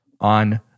on